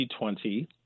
2020